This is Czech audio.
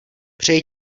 přeji